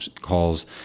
calls